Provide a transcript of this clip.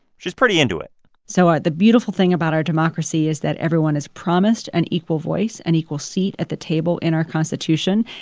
she's pretty into it so the beautiful thing about our democracy is that everyone is promised an equal voice, an equal seat at the table in our constitution.